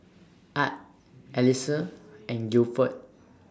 Art Elyse and Gilford